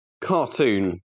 cartoon